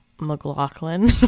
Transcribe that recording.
mclaughlin